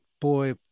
boy